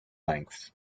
length